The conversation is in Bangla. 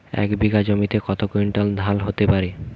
এক বিঘা জমিতে কত কুইন্টাল ধান হতে পারে?